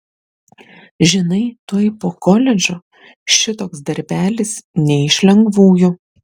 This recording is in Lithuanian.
žinai tuoj po koledžo šitoks darbelis ne iš lengvųjų